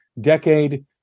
decade